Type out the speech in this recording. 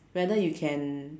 whether you can